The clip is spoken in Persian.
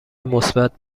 مثبت